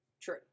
true